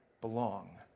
belong